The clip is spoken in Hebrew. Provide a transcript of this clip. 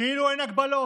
כאילו אין הגבלות.